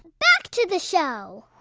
back to the show